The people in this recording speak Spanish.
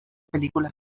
películas